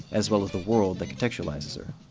as well as the world that contextualizes her.